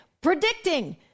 predicting